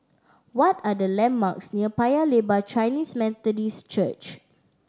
what are the landmarks near Paya Lebar Chinese Methodist Church